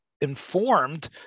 informed